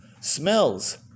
smells